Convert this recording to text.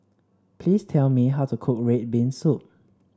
please tell me how to cook red bean soup